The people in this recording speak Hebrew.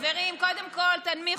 גברתי, גברתי,